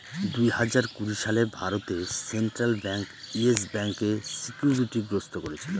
দুই হাজার কুড়ি সালে ভারতে সেন্ট্রাল ব্যাঙ্ক ইয়েস ব্যাঙ্কে সিকিউরিটি গ্রস্ত করেছিল